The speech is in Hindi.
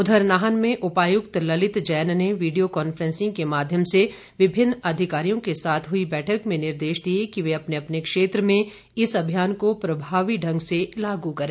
इधर नाहन में उपायुक्त ललित जैन ने विडियो कांफैंसिंग के माध्यम से विभिन्न अधिकारियों के साथ हुई बैठक मे निर्देश दिए कि वे अपने अपने क्षेत्र में इस अभियान को प्रभावी ढ़ग से कार्यन्वित करें